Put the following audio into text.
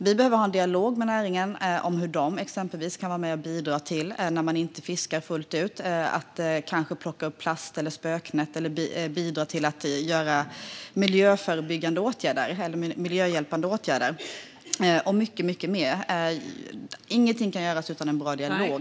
Vi behöver ha en dialog med näringen om hur den kan vara med och bidra när man inte fiskar fullt ut och kanske plocka upp plast, spöknät och bidra till att vidta miljöhjälpande åtgärder och mycket mer. Ingenting kan göras utan en bra dialog.